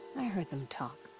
i heard them talk.